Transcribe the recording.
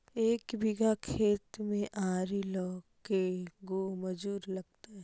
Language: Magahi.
एक बिघा खेत में आरि ल के गो मजुर लगतै?